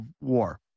War